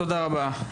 תודה רבה.